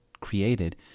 created